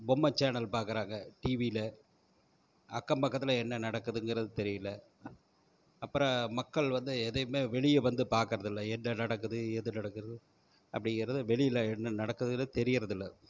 பொம்மை சேனல் பார்க்கறாங்க டிவியில் அக்கம்பக்கத்தில் என்ன நடக்குதுங்கிறது தெரியல அப்புறம் மக்கள் வந்து எதையுமே வெளியே வந்து பார்க்கறதில்ல என்ன நடக்குது ஏது நடக்குது அப்படிங்கிறது வெளியில் என்ன நடக்குதுனு தெரியறதில்லை